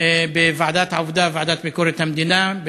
בוועדת העבודה ובוועדה לביקורת המדינה,